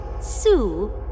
Sue